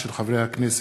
של חברי הכנסת: